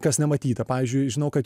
kas nematyta pavyzdžiui žinau kad